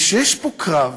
יש פה קרב,